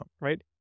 right